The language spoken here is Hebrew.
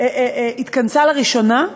התכנסה לראשונה,